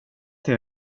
till